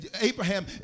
Abraham